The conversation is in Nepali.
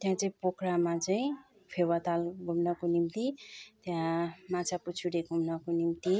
त्यहाँ चाहिँ पोखरामा चाहिँ फेवाताल घुम्नको निम्ति त्यहाँ माछा पुछरे घुम्नको निम्ति